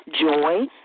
joy